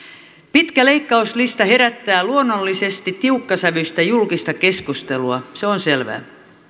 pitkä leikkauslista herättää luonnollisesti tiukkasävyistä julkista keskustelua se on selvä